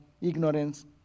ignorance